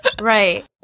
Right